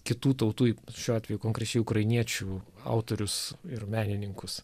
kitų tautų šiuo atveju konkrečiai ukrainiečių autorius ir menininkus